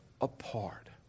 apart